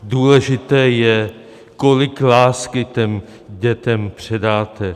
Důležité je, kolik lásky těm dětem předáte.